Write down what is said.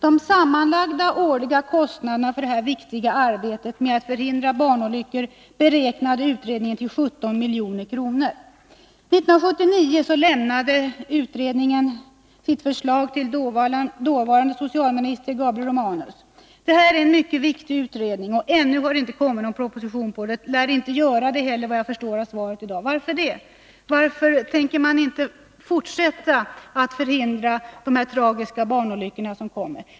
De sammanlagda årliga kostnaderna för detta viktiga arbete med att förhindra barnolyckor beräknade utredningen till 17 milj.kr. 1979 lämnade utredningen sitt förslag till dåvarande socialministern Gabriel Romanus. Detta är en mycket viktig utredning. Men ännu har ingen proposition, byggd på utredningens förslag, kommit till. Det lär inte göra det heller, att döma av det svar jag fått i dag. Varför tänker man inte fortsätta att förhindra de tragiska barnolyckorna?